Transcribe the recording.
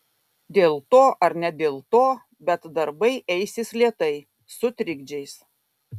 dėl to ar ne dėl to bet darbai eisis lėtai su trikdžiais